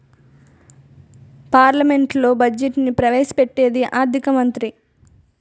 పార్లమెంట్లో బడ్జెట్ను ప్రవేశ పెట్టేది ఆర్థిక మంత్రి